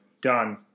Done